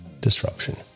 disruption